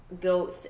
go